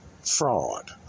fraud